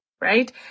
right